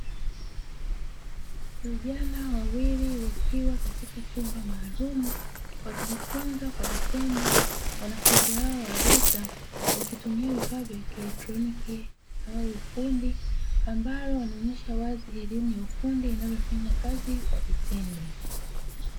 Vijana wawili wakiwa katika chumba maalumu wakijifunza kwa vitendo, wanafunzi hawa wa "VETA" wakitumia vifaa vya kielektroniki au ufundi, ambalo wanaonesha wazi elimu ya ufundi inavyofanya kazi kwa vitendo.